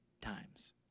times